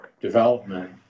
development